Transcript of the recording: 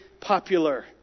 popular